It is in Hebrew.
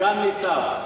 סגן ניצב.